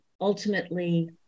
ultimately